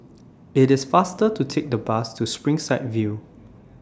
IT IS faster to Take The Bus to Springside View